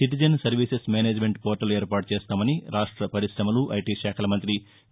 citizen services management portal ఏర్పాటు చేస్తామని రాష్ట పరిశమలు ఐటీ శాఖల మంతి కే